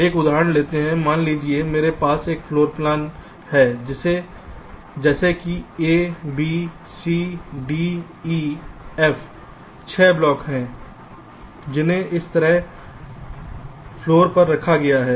एक उदाहरण लेते हैं मान लीजिए मेरे पास एक फ्लोर प्लान है जैसे कि a b c d e f 6 block हैं जिन्हें इस तरह फर्श पर रखा गया है